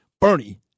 Bernie